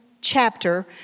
chapter